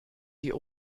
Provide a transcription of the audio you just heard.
die